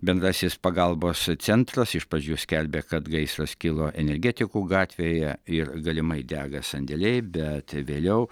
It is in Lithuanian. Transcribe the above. bendrasis pagalbos centras iš pradžių skelbia kad gaisras kilo energetikų gatvėje ir galimai dega sandėliai bet vėliau